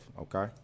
okay